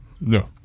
no